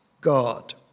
God